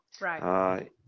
Right